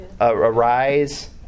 Arise